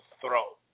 throw